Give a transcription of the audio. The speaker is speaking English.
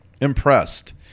impressed